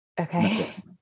Okay